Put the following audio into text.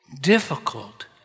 difficult